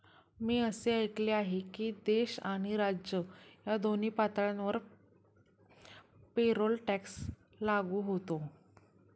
मी असे ऐकले आहे की देश आणि राज्य या दोन्ही पातळ्यांवर पेरोल टॅक्स लागू होतो